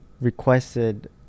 requested